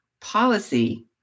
policy